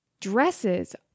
Dresses